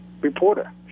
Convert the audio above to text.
reporter